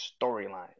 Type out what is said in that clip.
storyline